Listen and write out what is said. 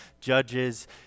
Judges